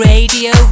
Radio